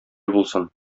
булсын